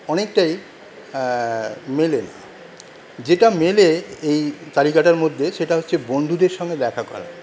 অনেকটাই মেলে না যেটা মেলে এই তালিকাটার মধ্যে সেটা হচ্ছে বন্ধুদের সঙ্গে দেখা করা